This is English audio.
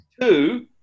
two